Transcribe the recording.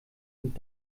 und